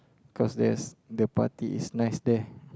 cause there's the party is nice there